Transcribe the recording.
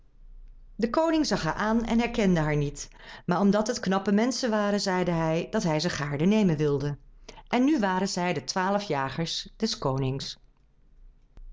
de koning zag haar aan en herkende haar niet maar omdat het knappe menschen waren zeide hij dat hij ze gaarne nemen wilde en nu waren zij de twaalf jagers des konings